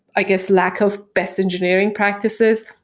i guess, lack of best engineering practices.